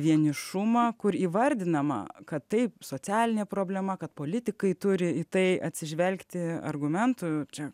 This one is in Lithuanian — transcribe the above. vienišumą kur įvardinama kad tai socialinė problema kad politikai turi į tai atsižvelgti argumentų čia